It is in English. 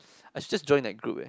I just joined that group leh